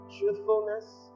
truthfulness